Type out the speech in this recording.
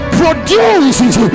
produces